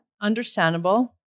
Understandable